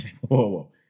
whoa